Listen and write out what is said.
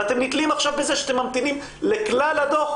ואתם נתלים עכשיו בזה שאתם ממתינים לכלל הדו"ח,